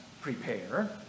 prepare